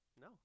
No